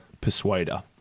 persuader